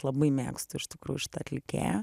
labai mėgstu iš tikrųjų šitą atlikėją